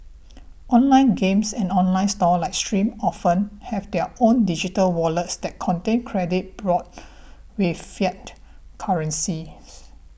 online games and online stores like Steam often have their own digital wallets that contain credit bought with fiat currency